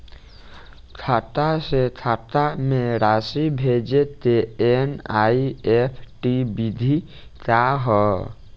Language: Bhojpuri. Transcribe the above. खाता से खाता में राशि भेजे के एन.ई.एफ.टी विधि का ह?